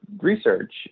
research